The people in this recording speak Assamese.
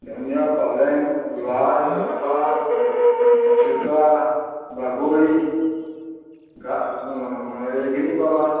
ধনিয়া পালেং লাই লফা চুকা বাবৰি গা এইখিনি পাবা